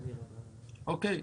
אוקי.